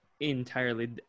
entirely